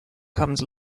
comes